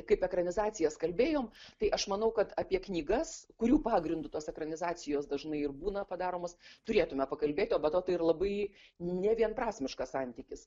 kaip ekranizacijas kalbėjom tai aš manau kad apie knygas kurių pagrindu tos ekranizacijos dažnai ir būna padaromos turėtume pakalbėti o be to tai ir labai nevienprasmiškas santykis